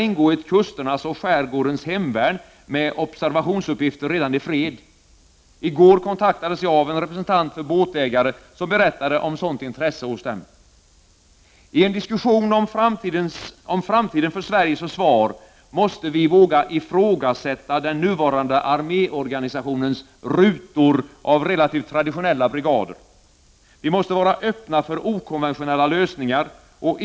Inget parti har redovisat något hållbart förslag som skulle ha inneburit att dagens ekonomiska situation hade undvikits. Snarare tvärtom. I den mån det har ställts krav på ökade försvarsanslag från oppositionen, så har de anslagen intecknats i nyanskaffning av materiel och inte varit avsedda för att skapa ekonomisk balans.